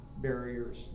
Barriers